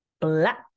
Black